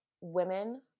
women